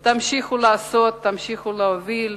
תמשיכו לעשות, תמשיכו להוביל,